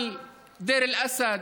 על דיר אל-אסד,